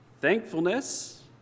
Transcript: thankfulness